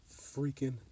freaking